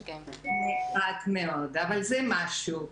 אבל זה משהו.